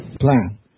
plan